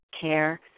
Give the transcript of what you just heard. care